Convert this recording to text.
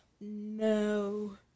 No